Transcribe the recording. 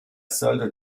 solde